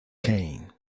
kane